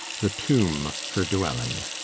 the tomb her dwelling.